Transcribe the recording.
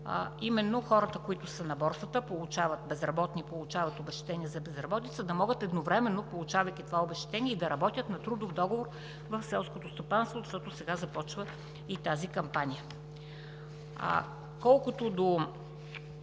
хора, които са на Борсата и получават обезщетения за безработица, да могат едновременно, получавайки това обезщетение, да работят на трудов договор в селското стопанство, защото сега започва и тази кампания. Колкото до